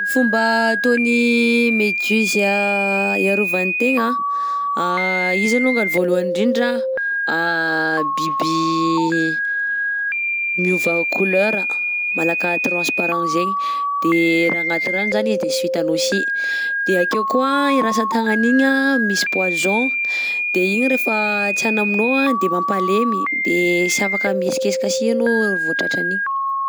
Ny fomba ataon'ny méduse hiarovany tegna izy alongany voalohany indrindra biby miova couleur, malaka transparent zaigny, de raha agnaty rano zany izy de sy ho hitanao si. _x000D_ De akeo koa i rantsan-tagnany igny anh misy poison de igny rehefa tsiany aminao anh de mampalemy, de sy afaka mihesikesika si anao re vao tratra an'iny.